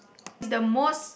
the most